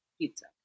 pizza